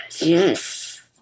Yes